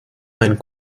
ein